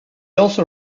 also